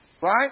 Right